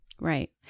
Right